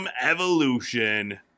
Evolution